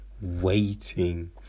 waiting